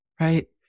Right